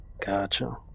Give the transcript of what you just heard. Gotcha